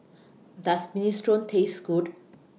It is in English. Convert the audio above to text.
Does Minestrone Taste Good